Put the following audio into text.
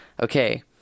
Okay